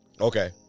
Okay